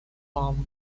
farm